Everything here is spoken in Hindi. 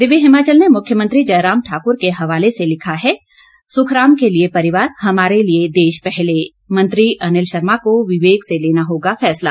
दिव्य हिमाचल ने मुख्यमंत्री जयराम ठाकुर के हवाले से लिखा है सुखराम के लिए परिवार हमारे लिए देश पहले मंत्री अनिल शर्मा को विवेक से लेना होगा फैसला